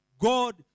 God